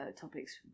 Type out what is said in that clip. topics